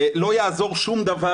לא יעזור שום דבר,